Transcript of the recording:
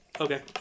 okay